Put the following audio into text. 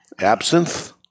Absinthe